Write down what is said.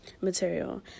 material